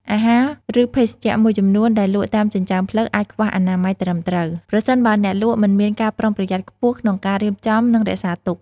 អាហារ ឬភេសជ្ជៈមួយចំនួនដែលលក់តាមចិញ្ចើមផ្លូវ អាចខ្វះអនាម័យត្រឹមត្រូវ ប្រសិនបើអ្នកលក់មិនមានការប្រុងប្រយ័ត្នខ្ពស់ក្នុងការរៀបចំ និងរក្សាទុក។